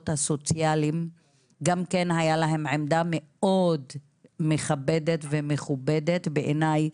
הסוציאליים הייתה עמדה מאוד מכבדת ומכובדת בעיניי,